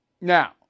Now